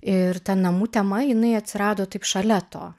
ir ta namų tema jinai atsirado taip šalia to